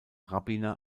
rabbiner